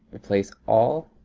replace all.